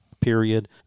period